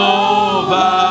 over